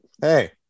Hey